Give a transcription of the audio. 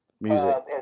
music